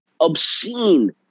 obscene